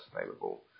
available